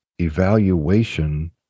evaluation